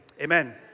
amen